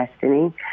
Destiny